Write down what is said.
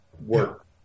work